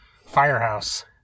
Firehouse